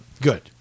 Good